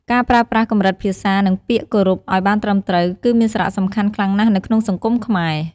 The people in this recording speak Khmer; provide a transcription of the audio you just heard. ការប្រើប្រាស់កម្រិតភាសា និងពាក្យគោរពឲ្យបានត្រឹមត្រូវ គឺមានសារៈសំខាន់ខ្លាំងណាស់នៅក្នុងសង្គមខ្មែរ។